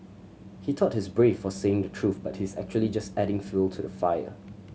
he thought he's brave for saying the truth but he's actually just adding fuel to the fire